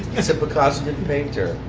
except picasso didn't paint her.